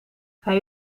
hij